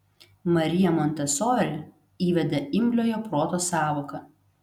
marija montesori įvedė imliojo proto sąvoką